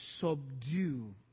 Subdue